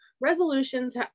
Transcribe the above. Resolutions